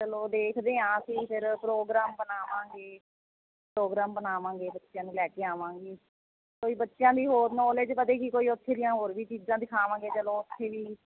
ਚਲੋ ਦੇਖਦੇ ਹਾਂ ਅਸੀਂ ਫਿਰ ਪ੍ਰੋਗਰਾਮ ਬਣਾਵਾਂਗੇ ਪ੍ਰੋਗਰਾਮ ਬਣਾਵਾਂਗੇ ਬੱਚਿਆਂ ਨੂੰ ਲੈ ਕੇ ਆਵਾਂਗੇ ਕੋਈ ਬੱਚਿਆਂ ਲਈ ਹੋਰ ਨੌਲੇਜ ਵਧੇਗੀ ਕੋਈ ਉੱਥੇ ਦੀਆਂ ਹੋਰ ਵੀ ਚੀਜ਼ਾਂ ਦਿਖਾਵਾਂਗੇ ਜਦੋਂ ਉੱਥੇ ਵੀ